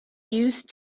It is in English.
used